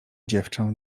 dziewczę